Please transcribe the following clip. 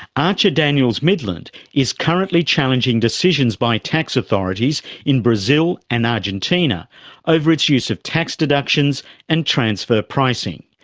archer daniels midland is currently challenging decisions by tax authorities in brazil and argentina over its use of tax deductions and transfer pricing.